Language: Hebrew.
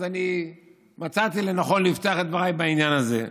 אז מצאתי לנכון לפתוח את דבריי בעניין הזה.